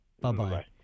Bye-bye